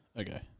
Okay